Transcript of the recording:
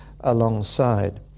alongside